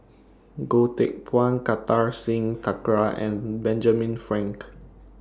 Goh Teck Phuan Kartar Singh Thakral and Benjamin Frank